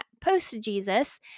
post-Jesus